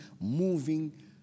moving